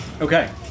Okay